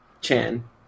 Chan